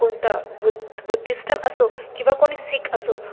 कोणता बुद बुद्धिस्ट असो किंवा कोणी शीख असो